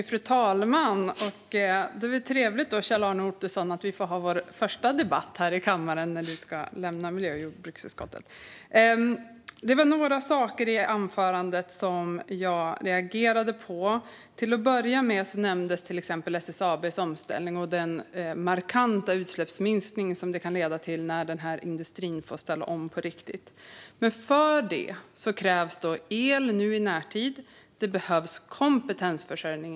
Fru talman! Så trevligt att Kjell-Arne Ottosson och jag får ha vår första debatt här i kammaren när ledamoten ska lämna miljö och jordbruksutskottet! Det var några saker i anförandet som jag reagerade på. Till att börja med nämndes till exempel SSAB:s omställning och den markanta utsläppsminskning det kan leda till när industrin får ställa om på riktigt. Men då krävs el - nu, i närtid - och inte minst kompetensförsörjning.